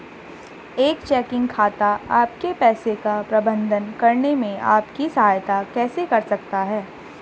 एक चेकिंग खाता आपके पैसे का प्रबंधन करने में आपकी सहायता कैसे कर सकता है?